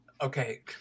Okay